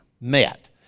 met